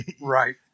Right